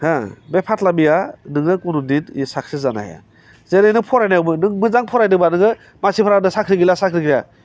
हो बे फाथलामिआ नोङो खुनुदिन साक्सेस जानो हाया जेरै नों फरायनायावबो नों मोजां फरायदोंबा नोङो मानसिफ्रा होनो साख्रि गैला साख्रि गैला